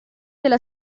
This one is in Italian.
della